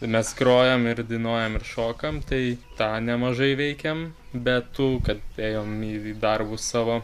mes grojam ir dainuojam ir šokam tai tą nemažai veikiam be tų kad ėjom į darbus savo